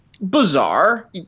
bizarre